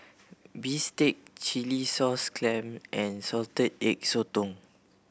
bistake chilli sauce clams and Salted Egg Sotong